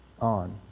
on